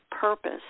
purpose